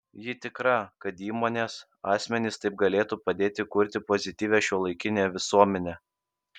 ji tikra kad įmonės asmenys taip galėtų padėti kurti pozityvią šiuolaikinę visuomenę